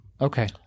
Okay